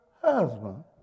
husband